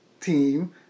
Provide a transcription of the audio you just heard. team